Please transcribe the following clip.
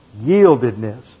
yieldedness